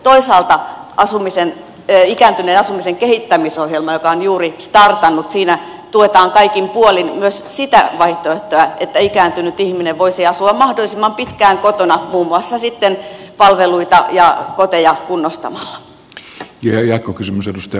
toisaalta ikääntyneiden asumisen kehittämisohjelmassa joka on juuri startannut tuetaan kaikin puolin myös sitä vaihtoehtoa että ikääntynyt ihminen voisi asua mahdollisimman pitkään kotona muun muassa sitten palveluita ja koteja kunnostamalla